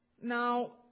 Now